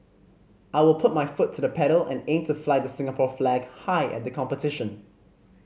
I will put my foot to the pedal and aim to fly the Singapore flag high at the competition